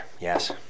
yes